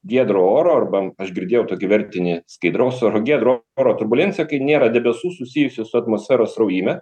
giedro oro arba aš girdėjau tokį vertinį skaidraus oro giedro oro turbulencija kai nėra debesų susijusių su atmosferos sraujyme